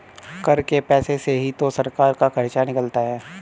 कर के पैसे से ही तो सरकार का खर्चा निकलता है